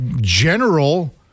general